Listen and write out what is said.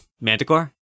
Manticore